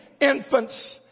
infants